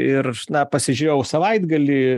ir na pasižiūrėjau savaitgalį